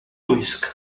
brusque